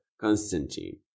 constantine